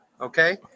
okay